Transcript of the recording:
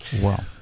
Wow